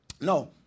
No